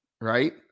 right